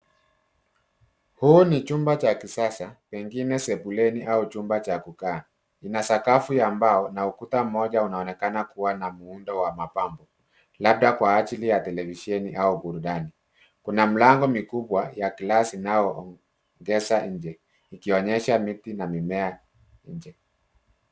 Huo ni chumba cha kisasa, pengine sebuleni au chumba cha kukaa. Kina sakafu ya mbao na ukuta mmoja unaonekana kuwa na muundo wa mapambo ,labda kwa ajili ya televisheni au burudani. Kuna mlango mikubwa ya glasi inao ongeza nje ikionyesha miti na mimea nje.